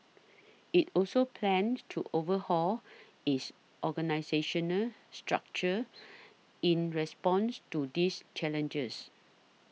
it also plans to overhaul its organisational structure in response to these challenges